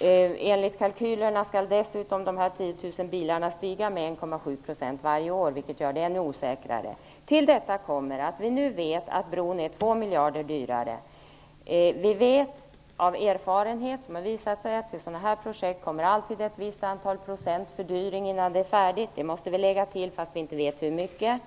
Enligt kalkylerna skall dessutom de här 10 000 bilarna bli 1,7 procent fler varje år, vilket gör det ännu osäkrare. Till detta kommer att vi nu vet att bron är 2 miljarder dyrare. Vi vet av erfarenhet att vid sådana här projekt tillkommer alltid ett visst antal procents fördyring innan det är färdigt. Det måste vi alltså lägga till, fast vi inte vet hur mycket det rör sig om.